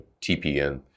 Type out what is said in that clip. TPN